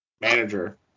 manager